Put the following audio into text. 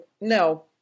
no